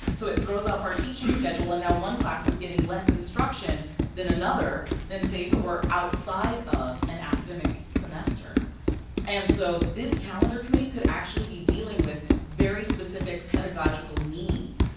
so it throws off our teaching schedule and now one class is getting less instruction than another then say it were outside of an academic semester and so this calendar committee could actually be dealing with very specific pedagogical needs.